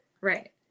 Right